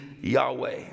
Yahweh